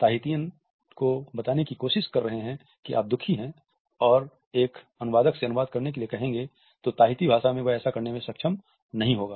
Tahiti को बताने की कोशिश कर रहे हैं कि आप दुखी हैं और एक अनुवादक से अनुवाद करने के लिए कहेंगे तो ताहिती भाषा में वह ऐसा करने में सक्षम नहीं होंगा